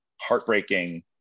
heartbreaking